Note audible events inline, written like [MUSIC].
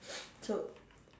[NOISE] so